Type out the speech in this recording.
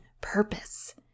purpose